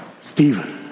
Stephen